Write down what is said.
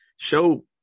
show